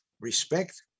respect